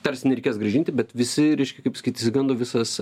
tarsi nereikės grąžinti bet visi reiškia kaip pasakyt išsigando visas